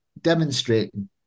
demonstrating